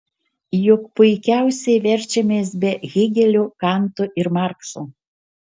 juk puikiausiai verčiamės be hėgelio kanto ir markso